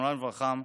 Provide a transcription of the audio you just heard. זיכרונם לברכה,